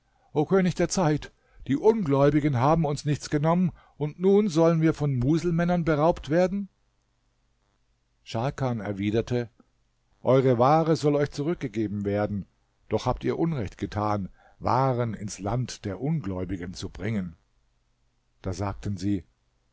o könig der zeit die ungläubigen haben uns nichts genommen und nun sollen wir von muselmännern beraubt werden scharkan erwiderte eure ware soll euch zurückgegeben werden doch habt ihr unrecht getan waren ins land der ungläubigen zu bringen da sagten sie